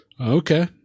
Okay